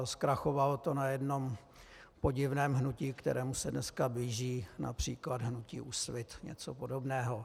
Zkrachovalo to na jednom podivném hnutí, kterému se dneska blíží například hnutí Úsvit, něco podobného.